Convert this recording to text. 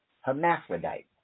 hermaphrodite